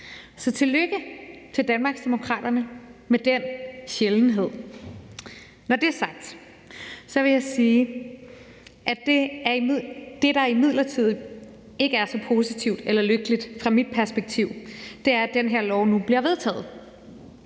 Så tillykke til Danmarksdemokraterne med den sjældenhed. Når det er sagt, vil jeg sige, at det, der imidlertid ikke er så positivt eller lykkeligt fra mit perspektiv, er, at det her lovforslag nu bliver vedtaget,